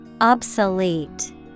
Obsolete